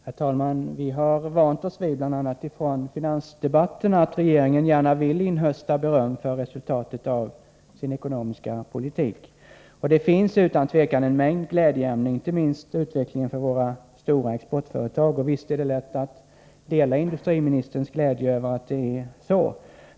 Herr talman! Vi har vant oss vid, bl.a. från finansdebatterna, att regeringen gärna vill inhösta beröm för resultatet av sin ekonomiska politik. Och det finns utan tvivel en mängd glädjeämnen, inte minst utvecklingen för våra stora exportföretag, så visst är det lätt att dela industriministerns glädje.